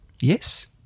yes